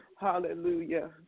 Hallelujah